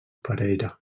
perera